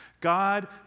God